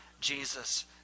Jesus